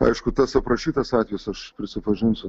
aišku tas aprašytas atvejis aš prisipažinsiu